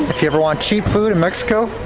if ever want cheap food in mexico.